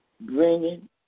bringing